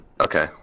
Okay